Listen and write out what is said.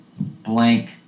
blank